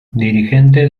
dirigente